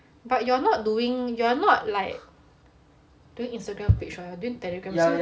but you're not doing you're not like doing instagram page [what] you're doing telegram